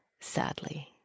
sadly